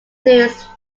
theories